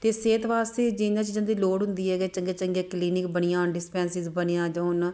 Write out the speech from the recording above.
ਅਤੇ ਸਿਹਤ ਵਾਸਤੇ ਅਜਿਹੀਆਂ ਚੀਜ਼ਾਂ ਦੀ ਲੋੜ ਹੁੰਦੀ ਹੈ ਜਾਂ ਚੰਗੇ ਚੰਗੇ ਕਲੀਨਿਕ ਬਣੀਆਂ ਹੋਣ ਡਿਸਪੈਂਸਿਸ ਬਣੀਆਂ ਜਾਂ ਹੋਣ